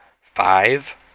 five